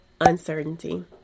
Uncertainty